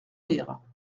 rire